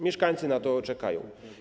Mieszkańcy na to czekają.